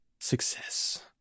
success